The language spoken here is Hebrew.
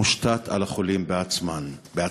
מושתת על החולים בעצמם.